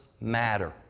matter